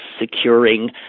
securing